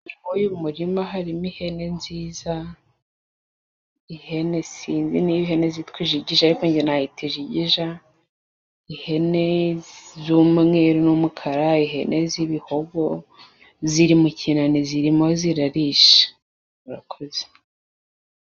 Muri uyu murima harimo ihene nziza ihene sinzi niba ihene zitwa ijigija ariko njye nayita ijigija, ihene z'umweru n'umukara, ihene z'ibihogo ziri mu kinani zirimo zirarisha murakoze.